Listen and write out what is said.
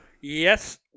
Yes